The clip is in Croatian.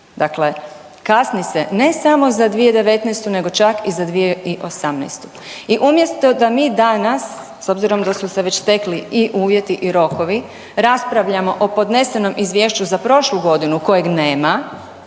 dakle kasni se ne samo za 2019. nego čak i za 2018.. I umjesto da mi danas, s obzirom da su se već stekli i uvjeti i rokovi, raspravljamo o podnesenom izvješću za prošlu godinu kojeg nema,